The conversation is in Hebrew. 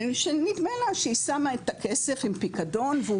שנדמה לה שהיא שמה את הכסף עם פיקדון והוא